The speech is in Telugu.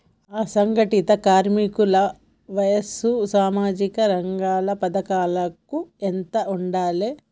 అసంఘటిత కార్మికుల వయసు సామాజిక రంగ పథకాలకు ఎంత ఉండాలే?